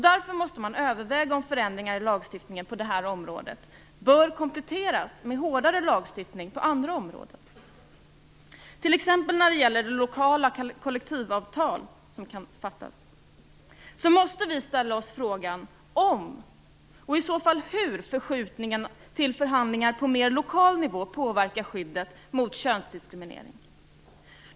Därför måste man överväga om förändringar i lagstiftningen på det här området bör kompletteras med hårdare lagstiftning på andra områden. T.ex. när det gäller lokala kollektivavtal som kan ingås måste vi ställa oss frågan om och i så fall hur förskjutningen till förhandlingar på mer lokal nivå påverkar skyddet mot könsdiskriminering.